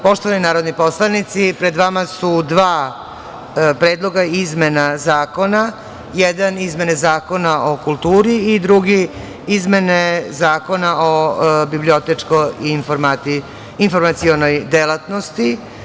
Poštovani narodni poslanici, pred vama su dva predloga izmena zakona - izmene Zakona o kulturi i izmene Zakona o bibliotečko-informacionoj delatnosti.